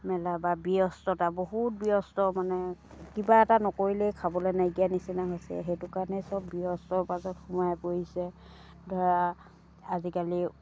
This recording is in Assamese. মেলা বা ব্যস্ততা বহুত ব্যস্ত মানে কিবা এটা নকৰিলেই খাবলৈ নাইকীয়া নিচিনা হৈছে সেইটো কাৰণে সব ব্যস্ত মাজত সোমাই পৰিছে ধৰা আজিকালি